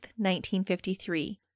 1953